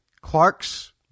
Clark's